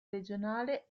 regionale